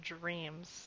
dreams